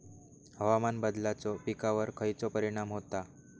हवामान बदलाचो पिकावर खयचो परिणाम होता?